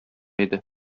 иде